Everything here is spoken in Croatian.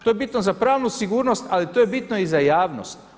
To je bitno za pravnu sigurnost, ali to je bitno i za javnost.